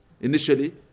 Initially